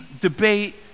debate